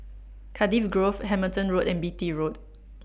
Cardiff Grove Hamilton Road and Beatty Road